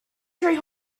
train